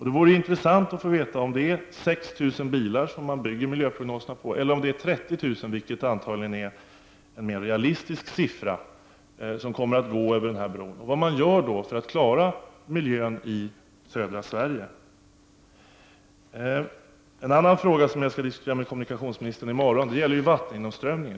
Det vore intressant att få veta om det är 6 000 bilar som miljöprognoserna byggs på eller om det är 30 000, vilket antagligen är en mer realistisk siffra. Vad gör man då för att klara miljön i södra Sverige? En annan fråga som jag kommer att diskutera med kommunikationsministern i morgon gäller vattengenomströmningen.